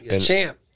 Champ